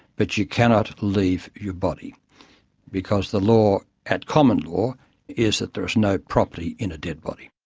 but you cannot leave your body because the law at common law is that there is no property in a dead body.